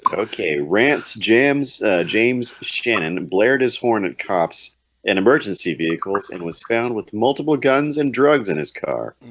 ok rants jams james shannon flared his horn at cops and emergency vehicles and was found with multiple guns and drugs in his car